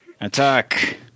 Attack